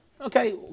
Okay